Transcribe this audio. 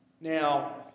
Now